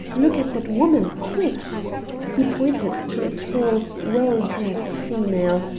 look at that woman, quick he pointed to a tall, well-dressed female,